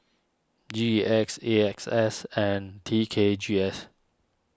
G E X A X S and T K G S